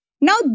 Now